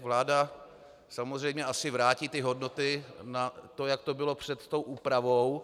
Vláda samozřejmě asi vrátí ty hodnoty na to, jak to bylo před tou úpravou.